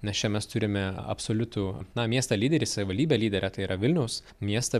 nes čia mes turime absoliutų na miestą lyderį savivaldybę lyderę tai yra vilnius miestą